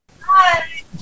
Hi